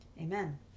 amen